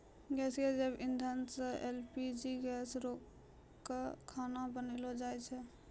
गैसीय जैव इंधन सँ एल.पी.जी गैस रंका खाना बनैलो जाय छै?